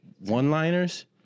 one-liners